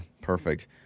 perfect